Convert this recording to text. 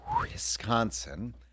Wisconsin